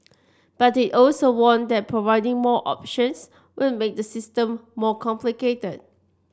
but he also warned that providing more options would make the system more complicated